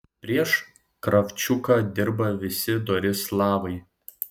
prieš kravčiuką dirba visi dori slavai